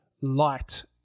light